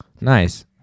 Nice